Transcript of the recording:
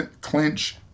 clinch